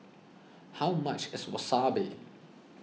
how much is Wasabi